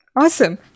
Awesome